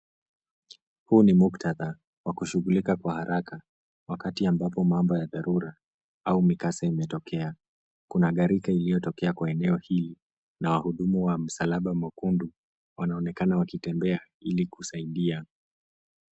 Huu ni muktadha wa kushughulika kwa haraka wakati ambapo mambo ya dharura au mikasa imetokea. Kuna gharika iliyotokea kwenye eneo hii, na wahudumu wa msalaba mwekundu wanaonekana wakitembea ili kusaidia .